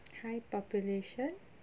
high population